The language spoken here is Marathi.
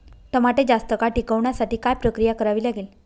टमाटे जास्त काळ टिकवण्यासाठी काय प्रक्रिया करावी लागेल?